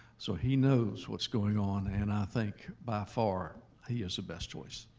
so he knows what's going on and i think by far he is the best choice.